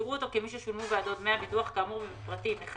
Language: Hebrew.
יראו אותו כמי ששולמו בעדו דמי הביטוח כאמור בפרטים 1,